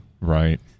Right